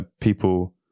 people